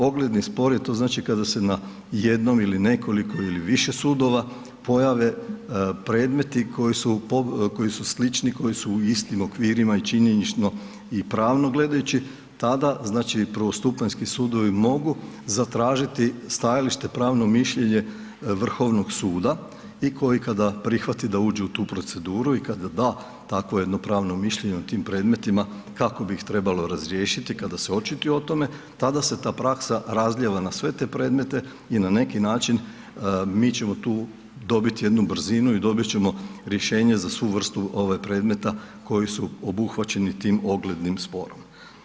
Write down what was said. Ogledni spor je to znači kada se na jednom ili nekoliko ili više sudova pojave predmeti koji su slični, koji su u istim okvirima i činjenično i pravno gledajući tada prvostupanjski sudovi mogu zatražiti stajalište, pravno mišljenje Vrhovnog suda i koji kada prihvati da uđe u tu proceduru i kada da takvo jedno pravno mišljenje u tim predmetima kako bi ih trebalo razriješiti kada se očituje u tome, tada se ta praksa razlijeva na sve te predmete i na neki način mi ćemo tu dobiti jednu brzinu i dobit ćemo rješenje za svu vrstu predmeta koji su obuhvaćeni tim oglednim sporom.